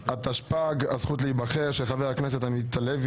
(תיקון, הזכות להיבחר), התשפ"ג 2023 (פ/3343/25)